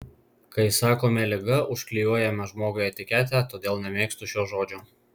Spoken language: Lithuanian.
kai sakome liga užklijuojame žmogui etiketę todėl nemėgstu šio žodžio